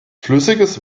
flüssiges